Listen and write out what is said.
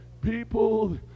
People